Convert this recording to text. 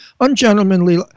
ungentlemanly